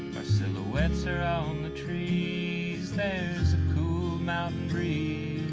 silhouettes are on the trees there's a cool mountain breeze